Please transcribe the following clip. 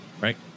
right